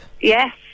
Yes